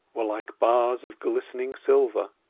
were like bars of glistening silver